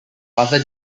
mother